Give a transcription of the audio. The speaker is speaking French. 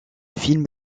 film